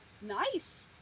Nice